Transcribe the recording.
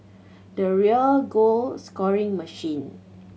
the real goal scoring machine